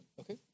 Okay